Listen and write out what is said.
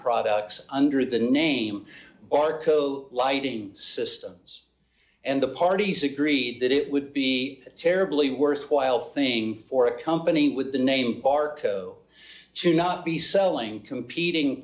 products under the name arco d lighting systems and the parties agree that it would be terribly worthwhile thing for a company with the name barco to not be selling competing